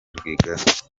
rwigara